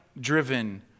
driven